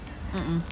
mmhmm